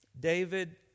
David